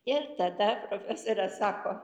ir tada profesorė sako